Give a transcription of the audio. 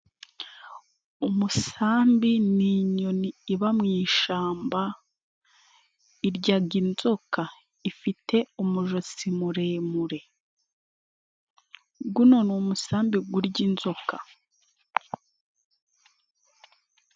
Umusambi ni inyoni iba mu ishamba iryaga inzoka. Ifite umujosi muremure, guno ni umusambi gurya inzoka.